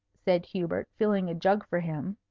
said hubert, filling a jug for him.